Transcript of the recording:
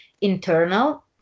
internal